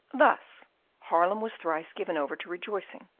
thus haarlem was thrice given over to rejoicing,